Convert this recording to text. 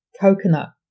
coconut